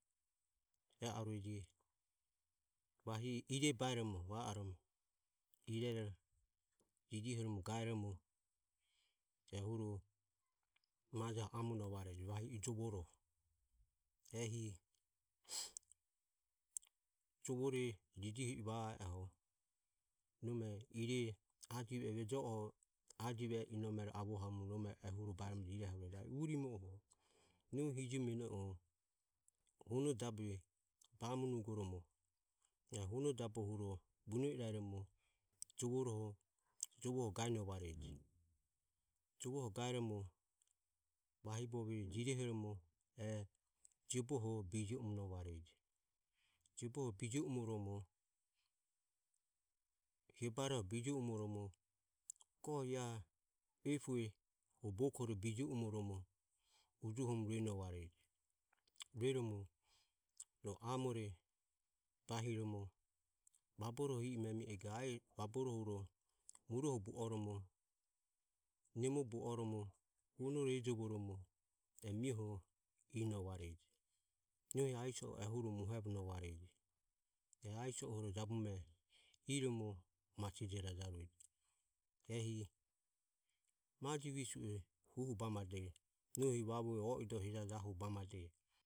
E arueje, vahi e ire baeromo va oromo irero jijihoromo gaeromo ehuro majoho amonovareje vahi e jovoroho. Ehi jovore jijiho i va e oho nome ire ajive e vejo oho ajive inomero avohamu nome ehuro baeromo jireharueje. A i urimoho nohi hijio mionoho huonodabe bamonugormo e huonodabo huro buono iraeromo jovoro jovoho gaeromo jovoho gaeromo vahi bovie jirehoromo jioboho bijio umonovareje jioboho bijio umoromo hiobaroho bijio umoromo go iae epue o boukore bijio umoromomo ujuohoromo ruenovareje. Rueromo ro amore bahiromo vaboro i i memi ego vaborohuro muruoho bu oromo nemo bu oromo huonore ejovoromo e mioho inovareje nohi aiso o ehuro muohevonovareje. E aiso o jabume iromo masijore jarueje ehi majevisue huhu banade nohi vavu o i dore.